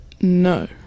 No